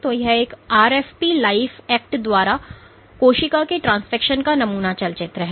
तो यह एक आरएफपी लाइफ एक्ट द्वारा कोशिका के ट्रांसफेक्शन का नमूना चलचित्र है